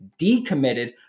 decommitted